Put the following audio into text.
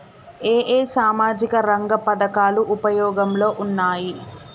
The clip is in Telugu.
ఏ ఏ సామాజిక రంగ పథకాలు ఉపయోగంలో ఉన్నాయి?